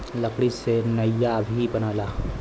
लकड़ी से नईया भी बनेला